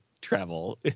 travel